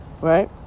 right